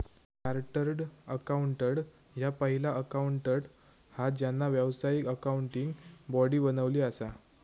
chartered accountant ह्या पहिला accountant हा ज्यांना व्यावसायिक अकाउंटिंग बॉडी बनवली असा